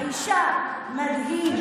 האישה: מדהים,